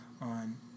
on